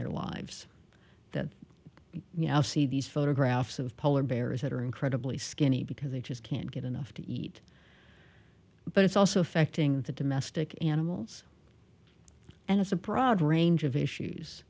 their lives that you now see these photographs of polar bears that are incredibly skinny because they just can't get enough to eat but it's also affecting the domestic animals and as a proud range of issues